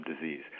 disease